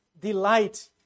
Delight